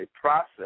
process